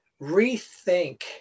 rethink